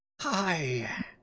Hi